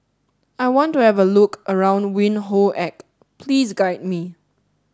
I want to have a look around Windhoek Please guide me